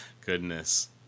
Goodness